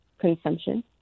consumption